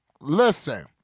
Listen